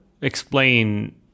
explain